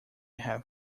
have